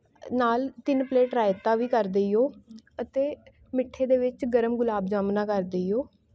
ਨਾਲ ਤਿੰਨ ਪਲੇਟ ਰਾਇਤਾ ਵੀ ਕਰ ਦਈਓ ਅਤੇ ਮਿੱਠੇ ਦੇ ਵਿੱਚ ਗਰਮ ਗੁਲਾਬ ਜਾਮੁਨਾਂ ਕਰ ਦਈਓ